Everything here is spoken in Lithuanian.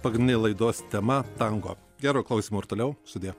pagrindinė laidos tema tango gero klausymo ir toliau sudie